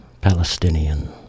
Palestinian